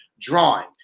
Drawing